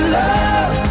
love